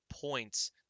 points